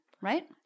right